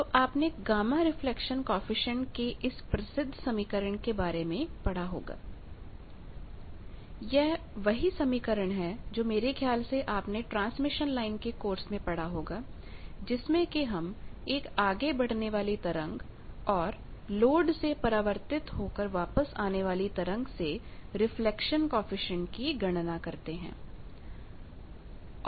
तो आपने gamma reflection coefficient के इस प्रसिद्धसमीकरण के बारे में पढ़ा होगा Gz 1z1 यह वही समीकरण है जो मेरे ख्याल से आपने ट्रांसमिशन लाइन के कोर्स में पढ़ा होगा जिसमें कि हम एक आगे बढ़ने वाली तरंग औरलोड से परावर्तित होकर वापस आने वाली तरंग से रिफ्लेक्शन कॉएफिशिएंट की गणना करते हैं